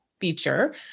feature